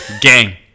gang